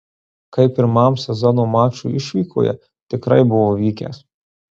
kaip pirmam sezono mačui išvykoje tikrai buvo vykęs